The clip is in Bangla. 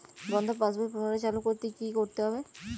বন্ধ পাশ বই পুনরায় চালু করতে কি করতে হবে?